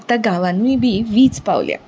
आतां गांवानूय बी वीज पावल्या